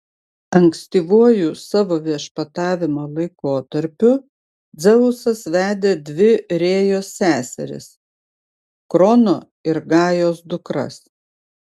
ankstyvuoju savo viešpatavimo laikotarpiu dzeusas vedė dvi rėjos seseris krono ir gajos dukras